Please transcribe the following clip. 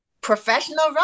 professional